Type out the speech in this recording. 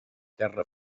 terra